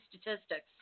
statistics